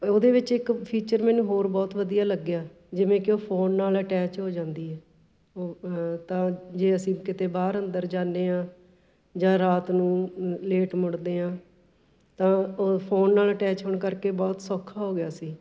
ਉਹਦੇ ਵਿੱਚ ਇੱਕ ਫੀਚਰ ਮੈਨੂੰ ਹੋਰ ਬਹੁਤ ਵਧੀਆ ਲੱਗਿਆ ਜਿਵੇਂ ਕਿ ਉਹ ਫੋਨ ਨਾਲ ਅਟੈਚ ਹੋ ਜਾਂਦੀ ਏ ਤਾਂ ਜੇ ਅਸੀਂ ਕਿਤੇ ਬਾਹਰ ਅੰਦਰ ਜਾਂਦੇ ਹਾਂ ਜਾਂ ਰਾਤ ਨੂੰ ਲੇਟ ਮੁੜਦੇ ਹਾਂ ਤਾਂ ਫੋਨ ਨਾਲ ਅਟੈਚ ਹੋਣ ਕਰਕੇ ਬਹੁਤ ਸੌਖਾ ਹੋ ਗਿਆ ਸੀ